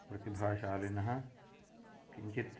प्रतिभाशालिनः किञ्चित्